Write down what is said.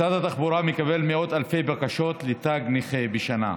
משרד התחבורה מקבל מאות אלפי בקשות לתג נכה בשנה,